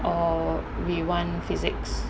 or we want physics